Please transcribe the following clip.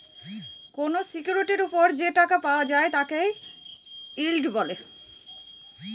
কোনো সিকিউরিটির ওপর যে টাকা পাওয়া যায় তাকে ইল্ড বলে